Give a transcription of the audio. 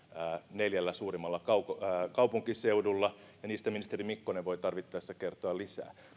neljällä suurimmalla kaupunkiseudulla ja niistä ministeri mikkonen voi tarvittaessa kertoa lisää